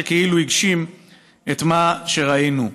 שכאילו הגשים את מה שראינו: